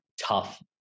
tough